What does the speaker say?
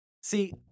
See